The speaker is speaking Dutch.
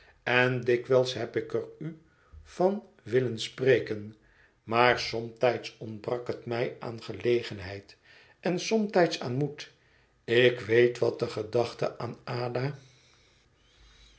en dikwijls heb ik er u van willen spreken maar somtijds ontbrak het mij aan gelegenheid en somtijds aan moed ik weet wat de gedachte aan ada